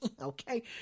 okay